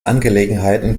angelegenheiten